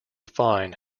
fine